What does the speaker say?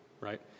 right